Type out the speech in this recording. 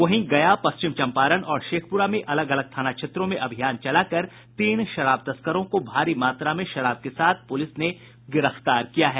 वहीं गया पश्चिम चंपारण और शेखपुरा में अलग अलग थाना क्षेत्रों में अभियान चलाकर तीन शराब तस्करों को भारी मात्रा में शराब के साथ गिरफ्तार किया गया है